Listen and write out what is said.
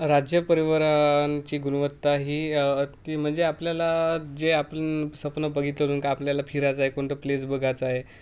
राज्य परिवहनची गुणवत्ता ही अ त म्हणजे आपल्याला जे आपन स्वप्न बघितलं हो तून का आपल्याला फिरायचंय कोणतं प्लेस बघाचाय